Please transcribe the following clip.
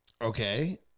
Okay